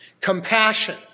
compassion